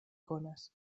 konas